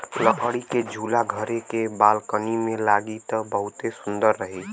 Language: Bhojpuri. लकड़ी के झूला घरे के बालकनी में लागी त बहुते सुंदर रही